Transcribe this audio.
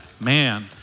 Man